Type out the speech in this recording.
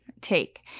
take